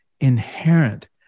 inherent